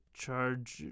charge